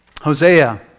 Hosea